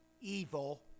evil